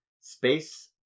space